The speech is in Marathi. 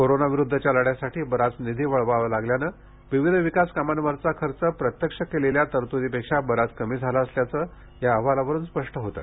कोरोनाविरुद्धच्या लढ्यासाठी बराच निधी वळवावा लागल्यानं विविध विकास कामांवरचा खर्च प्रत्यक्ष केलेल्या तरत्दीपेक्षा बराच कमी झाला असल्याचं या अहवालावरून स्पष्ट होतं